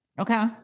Okay